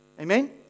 Amen